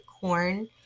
corn